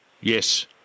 Yes